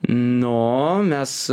nu mes